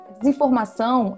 Desinformação